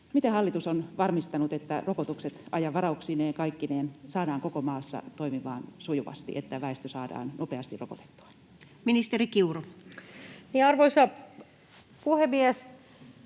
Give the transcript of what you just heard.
miten hallitus on varmistanut, että rokotukset ajanvarauksineen kaikkineen saadaan koko maassa toimimaan sujuvasti, että väestö saadaan nopeasti rokotettua? [Speech 63] Speaker: